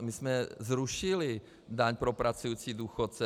My jsme zrušili daň pro pracující důchodce.